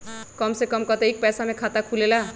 कम से कम कतेइक पैसा में खाता खुलेला?